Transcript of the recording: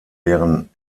deren